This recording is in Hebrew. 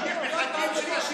לא יעזור לך,